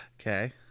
Okay